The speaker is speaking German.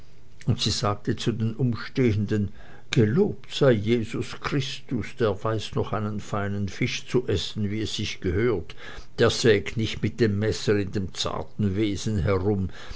und sie sagte zu den umstehenden gelobt sei jesus christ der weiß noch einen feinen fisch zu essen wie es sich gehört der sägt nicht mit dem messer in dem zarten wesen herum